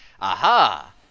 Aha